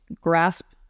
grasp